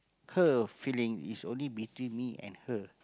her feeling is only between me and her